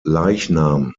leichnam